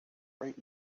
bright